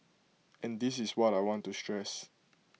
and this is what I want to stress